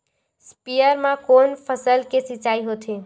स्पीयर म कोन फसल के सिंचाई होथे?